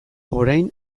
orain